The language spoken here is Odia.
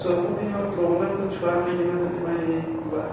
ସବୁ ଦିନ ଗୋଟେ ପ୍ରୋବ୍ଲେମ୍ ତ ଛୁଆର୍ ହେଇଛି ନା ସେଥିପାଇଁ ନେଇ ଯିବାର୍